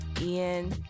Ian